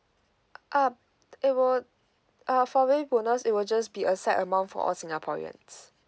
uh it would uh for baby bonus it will just be a set amount for all singaporeans